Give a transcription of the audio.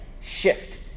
shift